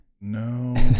No